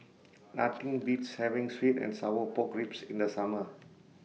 Nothing Beats having Sweet and Sour Pork Ribs in The Summer